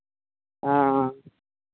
हँ